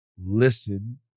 listen